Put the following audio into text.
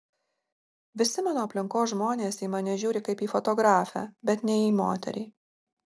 visi mano aplinkos žmonės į mane žiūri kaip į fotografę bet ne į moterį